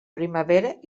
primavera